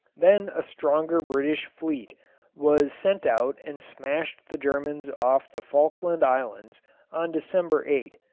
then a stronger british fleet was sent out and smashed the germans off the falkland islands on december eight.